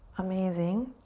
amazing.